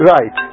Right